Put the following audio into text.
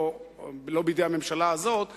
לא בידי הממשלה הזאת,